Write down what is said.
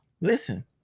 listen